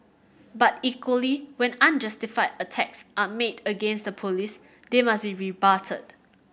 but equally when unjustified attacks are made against the Police they must be rebutted